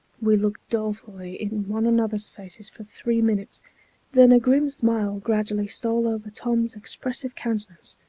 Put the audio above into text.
we looked dolefully in one another's faces for three minutes then a grim smile gradually stole over tom's expressive countenance,